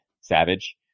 Savage